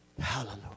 Hallelujah